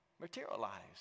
Materialized